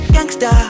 Gangsta